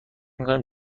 کنم